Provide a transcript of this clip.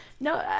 no